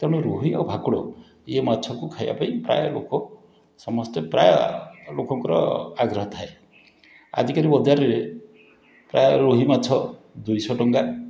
ତେଣୁ ରୋହି ଆଉ ଭାକୁର ଏ ମାଛକୁ ଖାଇବା ପାଇଁ ପ୍ରାୟ ଲୋକ ସମସ୍ତେ ପ୍ରାୟ ଲୋକଙ୍କର ଆଗ୍ରହ ଥାଏ ଆଜିକାଲି ବଜାରରେ ପ୍ରାୟ ରୋହି ମାଛ ଦୁଇଶହ ଟଙ୍କା